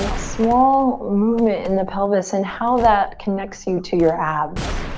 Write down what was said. um ah small movement in the pelvis and how that connects you to your abs.